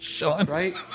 Right